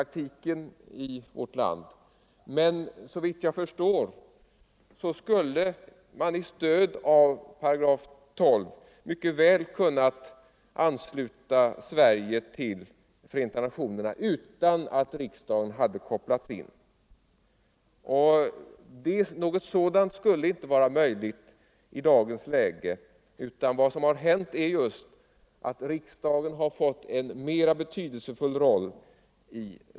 Men såvitt jag förstår skulle man, stödd av 12 §, mycket väl ha kunnat ansluta Sverige till Förenta nationerna utan att riksdagen hade kopplats in. Något sådant är inte möjligt med den nya grundlagen, utan här har riksdagen fått en mer betydelsefull roll.